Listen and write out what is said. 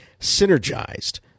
synergized